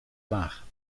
laag